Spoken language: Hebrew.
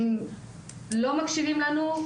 הם לא מקשיבים לנו.